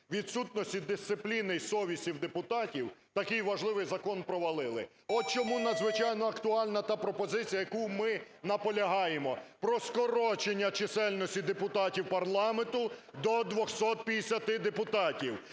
відсутності дисципліни і совісті в депутатів такий важливий закон провалили. От чому надзвичайно актуальна та пропозиція, яку ми наполягаємо про скорочення чисельності депутатів парламенту до 250 депутатів.